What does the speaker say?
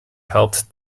helped